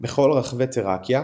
בכל רחבי תראקיה,